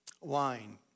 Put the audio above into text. wine